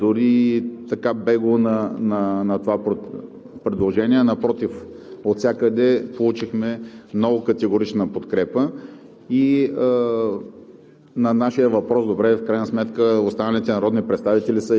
който да се противопостави дори и бегло на това предложение. Напротив, отвсякъде получихме много категорична подкрепа.